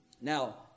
Now